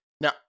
now